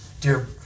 Dear